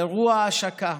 באירוע ההשקה.